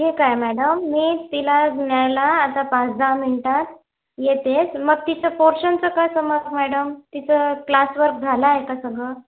ठीक आहे मॅडम मी तिला न्यायला आता पाच दहा मिनिटांत येते मग तिचं पोर्शनचं कसं मग मॅडम तिचं क्लास वर्क झाला आहे का सगळं